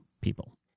people